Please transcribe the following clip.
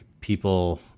people